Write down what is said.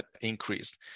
increased